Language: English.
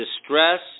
Distress